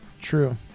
true